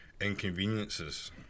inconveniences